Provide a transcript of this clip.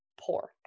poor